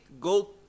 go